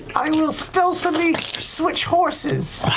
i will stealthily switch horses.